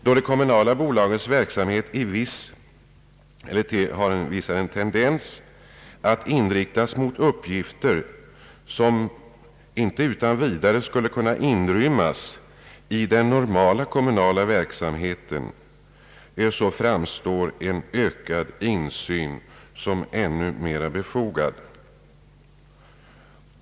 Då de kommunala bolagens verksamhet visar en tendens att inriktas mot uppgifter som inte utan vidare skulle kunna inrymmas i den normala kommunala verksamheten framstår en ökad insyn som ännu mera befogad.